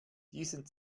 diesen